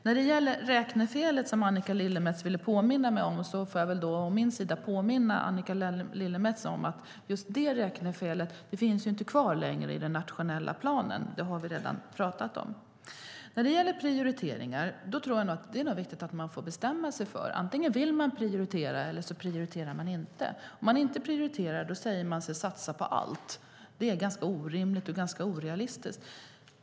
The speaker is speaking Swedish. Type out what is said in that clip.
När det gäller räknefelet som Annika Lillemets ville påminna mig om får jag å min sida påminna Annika Lillemets om att just det räknefelet inte finns kvar längre i den nationella planen. Det har vi redan pratat om. När det gäller prioriteringar tror jag att det är viktigt att man bestämmer sig. Antingen vill man prioritera, eller också prioriterar man inte. Om man inte prioriterar, då säger man sig satsa på allt. Det är ganska orimligt och ganska orealistiskt.